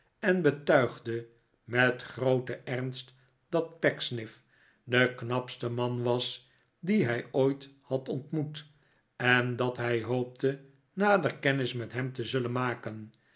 en betuigde met grooten ernst dat pecksniff de knapste man was dien hij ooit had ontmoet en dat hij hoopte nader kennis met hem te zullen maken